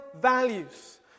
values